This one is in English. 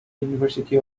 university